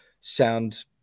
sound